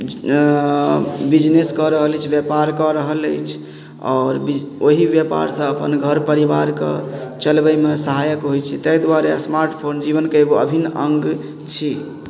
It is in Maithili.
बिजनेस कऽ रहल अछि व्यापार कऽ रहल अछि आओर ओहि व्यापारसँ अपन घर परिवारके चलबैमे सहायक होइ छै ताहि दुआरे स्मार्टफोन जीवनके एगो अभिन्न अङ्ग छी